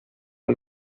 del